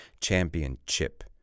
championship